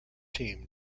team